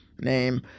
name